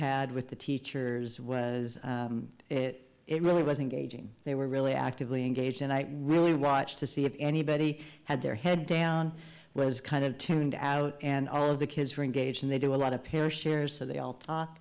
had with the teachers was it really wasn't gauging they were really actively engaged and i really watched to see if anybody had their head down was kind of tuned out and all of the kids are engaged and they do a lot of peer share so they all talk